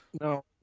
No